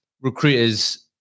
recruiters